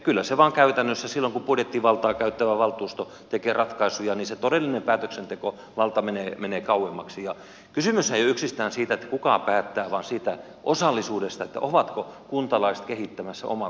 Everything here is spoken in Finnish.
kyllä se todellinen päätöksentekovalta vain käytännössä menee kauemmaksi silloin kun budjettivaltaa käyttävä valtuusto tekee ratkaisuja ja kysymyshän ei ole yksistään siitä kuka päättää vaan siitä osallisuudesta ovatko kuntalaiset kehittämässä omaa kotiseutuaan